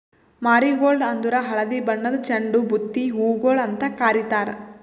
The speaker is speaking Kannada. ಮಾರಿಗೋಲ್ಡ್ ಅಂದುರ್ ಹಳದಿ ಬಣ್ಣದ್ ಚಂಡು ಬುತ್ತಿ ಹೂಗೊಳ್ ಅಂತ್ ಕಾರಿತಾರ್